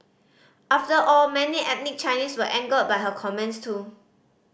after all many ethnic Chinese were angered by her comments too